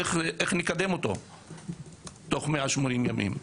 איך נקדם אותו תוך 180 ימים,